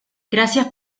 gracias